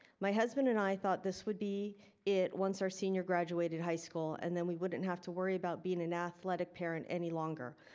my husband and i thought this would be it once our senior graduated high school and then we wouldn't have to worry about being an athletic parent any longer.